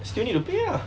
still need to pay lah